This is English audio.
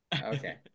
okay